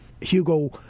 Hugo